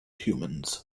humans